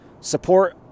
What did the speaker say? support